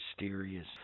mysterious